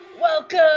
Welcome